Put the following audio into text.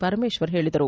ಪರಮೇಶ್ವರ್ ಹೇಳಿದರು